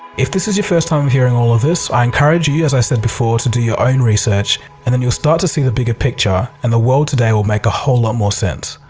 if this is your first time hearing all of this, i encourage you, as i said before, to do your own research and then you'll start to see the bigger picture and the world today will make a whole lot more sense.